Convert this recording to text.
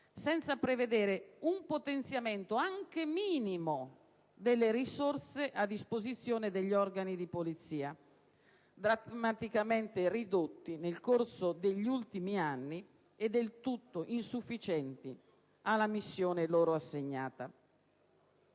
senza prevedere un potenziamento, anche minimo, delle risorse a disposizione degli organi di polizia, drammaticamente ridotti nel corso degli ultimi anni e del tutto insufficienti alla missione loro assegnata.